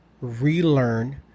relearn